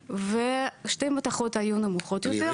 ושתי מתכות היו נמוכות יותר.